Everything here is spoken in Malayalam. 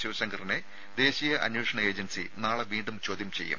ശിവശങ്കറിനെ ദേശീയ അന്വേഷണ ഏജൻസി നാളെ വീണ്ടും ചോദ്യം ചെയ്യും